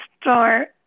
start